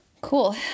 Cool